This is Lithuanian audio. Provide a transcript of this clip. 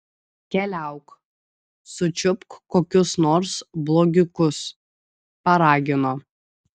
keliauk sučiupk kokius nors blogiukus paragino